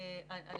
עפר,